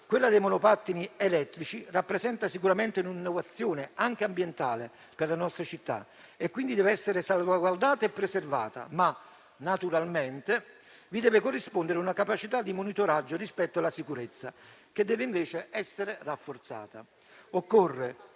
Quella dei monopattini elettrici rappresenta sicuramente un'innovazione anche ambientale per le nostra città e, quindi, deve essere salvaguardata e preservata. Naturalmente, però, vi deve corrispondere una capacità di monitoraggio rispetto alla sicurezza, che deve invece essere rafforzata.